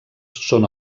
són